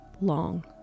long